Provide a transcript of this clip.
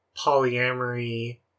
polyamory